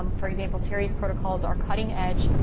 um for example, teri's protocols are cutting edge,